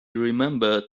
remembered